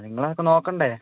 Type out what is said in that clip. നിങ്ങളതൊക്കെ നോക്കേണ്ടെ